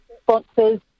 sponsors